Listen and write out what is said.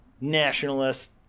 nationalists